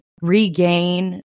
regain